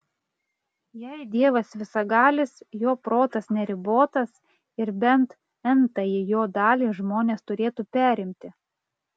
jei dievas visagalis jo protas neribotas ir bent n tąją jo dalį žmonės turėtų perimti